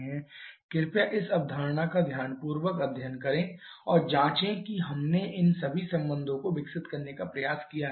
आप कृपया इस अवधारणा का ध्यानपूर्वक अध्ययन करें और जांचें कि हमने इन सभी संबंधों को विकसित करने का प्रयास किया है